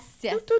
yes